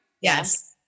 yes